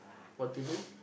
what to do